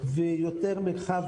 ויותר מרחב